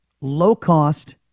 low-cost